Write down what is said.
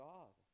God